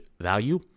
value